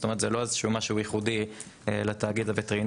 זאת אומרת זה לא איזה שהוא משהו ייחודי לתאגיד הווטרינרי.